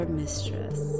mistress